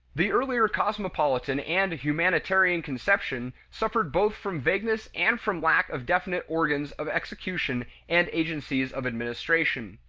the earlier cosmopolitan and humanitarian conception suffered both from vagueness and from lack of definite organs of execution and agencies of administration.